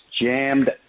jammed